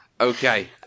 Okay